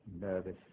nervous